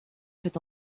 fait